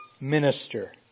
minister